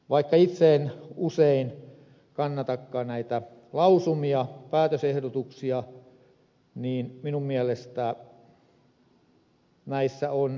vaikka itse en usein kannatakaan näitä lausumia päätösehdotuksia niin minun mielestäni näissä on ideaa